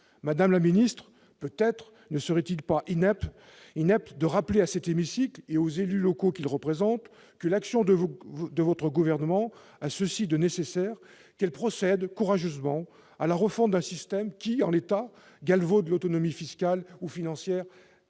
Madame la ministre, peut-être ne serait-il pas inepte de rappeler aux membres de cet hémicycle et aux élus locaux qu'ils représentent que l'action de votre gouvernement a ceci de nécessaire qu'elle procède courageusement à la refonte d'un système qui, en l'état, galvaude l'autonomie fiscale ou financière